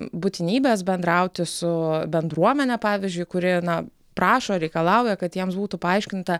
būtinybės bendrauti su bendruomene pavyzdžiui kuri na prašo reikalauja kad jiems būtų paaiškinta